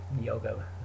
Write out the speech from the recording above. yoga